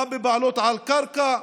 גם בבעלות על קרקע,